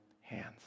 hands